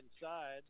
inside